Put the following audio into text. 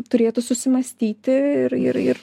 turėtų susimąstyti ir ir ir